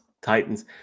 Titans